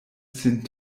sin